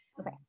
Okay